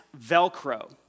Velcro